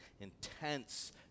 intense